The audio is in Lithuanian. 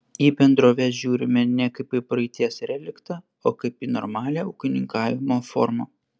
į bendroves žiūrime ne kaip į praeities reliktą o kaip į normalią ūkininkavimo formą